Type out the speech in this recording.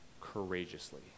courageously